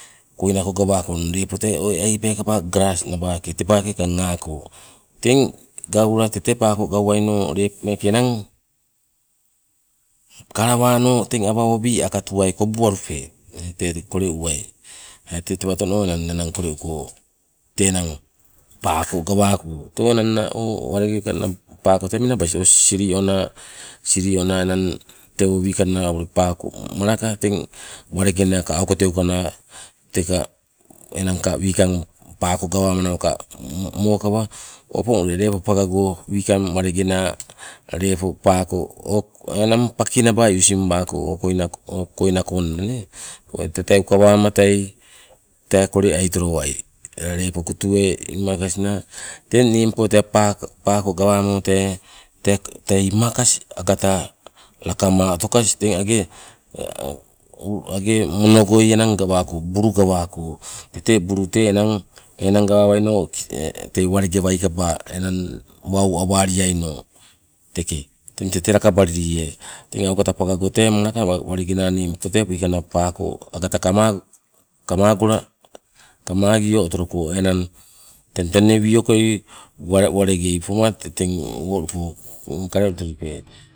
Koinako gawakong lepo tee oi aie peekala galas nabake tebake kang ako. Teng gaula tete paako gauwaino lepo meeke enang kalawano teng awa owi aka tuwai kobuwalupe tee te kole uwai, te tewatono nanang kole uko, tee enang paako gawako. Tee enangna walengeka naa paako tee menabas o siliona, siliona enang tewo wikanna ule paako malaka teng walenge naka auka teukana teka enangka wikang paako gawamanawaka mokawa, opong ule lepo pagago wikang walenge lepo paako enang paki naba using bako o koina koina konna nee, tee ukawama tei- tee kole aitolowai lepo kutuwe imakasna. Teng ningpo tee paako gawamo tee imakas agata lakama otokas, teng age, age monogoi enang gawako bulu gawako, tete bulu tee enang, enang gawaino tee walenge waikaba enang wau awaliaino, teke teng tete lakabalie teng awokata pagago tee malaka walenge naa ningpo tee wikang paako agata kamago kamagola kamagio otoloko enang teng tenne wiokoi walengei poma teng wolupo kaleulitope.